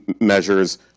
measures